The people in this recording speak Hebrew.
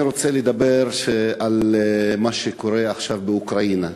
אני רוצה לדבר על מה שקורה עכשיו באוקראינה.